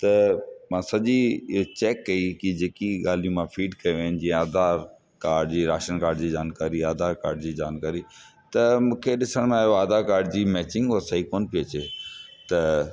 त मां सॼी इहा चैक कई की जेकी ॻाल्हियूं मां फीड कयूं आहिनि जीअं आधार काड जीअं राशन काड जी जानकारी आहे आधार काड जी जानकारी त मूंखे ॾिसण में आयो आहे आधार काड जी मैचिंग सही कोन पई अचे त